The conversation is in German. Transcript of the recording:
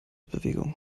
bewegung